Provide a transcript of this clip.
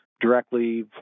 directly